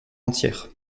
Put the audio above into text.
entière